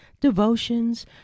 devotions